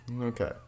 Okay